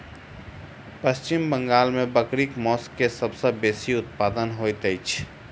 पश्चिम बंगाल में बकरीक मौस के सब सॅ बेसी उत्पादन होइत अछि